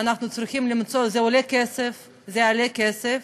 ואנחנו צריכים למצוא, זה עולה כסף, זה יעלה כסף,